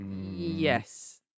Yes